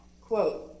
quote